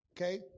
Okay